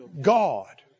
God